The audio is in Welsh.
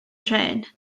trên